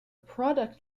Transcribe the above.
product